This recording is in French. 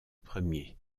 premier